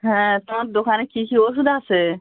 হ্যাঁ তোমার দোকানে কী কী ওষুধ আছে